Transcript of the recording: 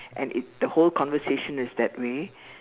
and if the whole conversation is that way